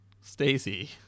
Stacy